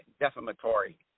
defamatory